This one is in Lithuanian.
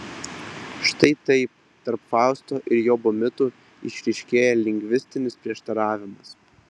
štai taip tarp fausto ir jobo mitų išryškėja lingvistinis prieštaravimas